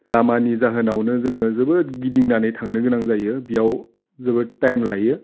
लामानि जाहोनावनो जोङो जोबोद गिदिंनानै थांनो गोनां जायो बियाव जोबोद टाइम लायो